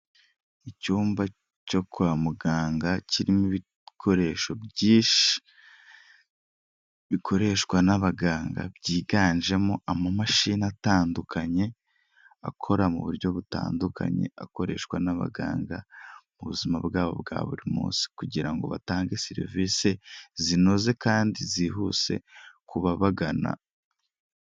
Icyumba cyo kwa muganga kirimo ibikoresho byinshi bikoreshwa n'abaganga byiganjemo amamashini atandukanye akora mu buryo butandukanye akoreshwa n'abaganga mu buzima bwabo bwa buri munsi, kugira ngo batange serivisi zinoze kandi zihuse ku babagana.